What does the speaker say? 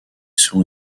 selon